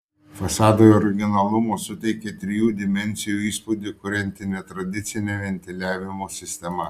fasadui originalumo suteikia trijų dimensijų įspūdį kurianti netradicinė ventiliavimo sistema